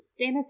Stannis